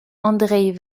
andreï